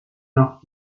noch